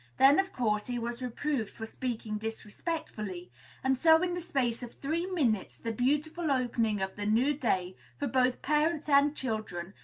then, of course, he was reproved for speaking disrespectfully and so in the space of three minutes the beautiful opening of the new day, for both parents and children,